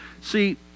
See